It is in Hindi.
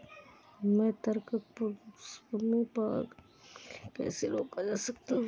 मैं तारक पुष्प में पर परागण को कैसे रोक सकता हूँ?